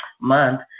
Month